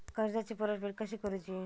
कर्जाची परतफेड कशी करूची?